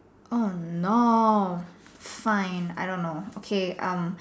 oh no fine I don't know okay um